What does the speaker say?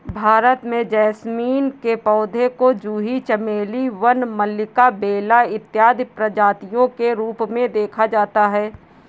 भारत में जैस्मीन के पौधे को जूही चमेली वन मल्लिका बेला इत्यादि प्रजातियों के रूप में देखा जाता है